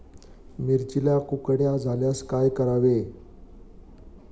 मिरचीला कुकड्या झाल्यास काय करावे?